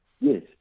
Yes